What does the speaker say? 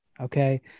Okay